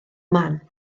man